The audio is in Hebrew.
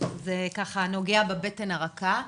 זה נוגע בבטן הרכה,